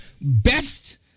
best